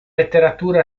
letteratura